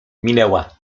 minęła